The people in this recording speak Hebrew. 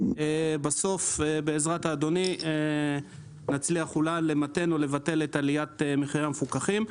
בסוף נצליח אולי למתן או לבטל את עליית המחירים המפוקחים.